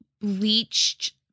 bleached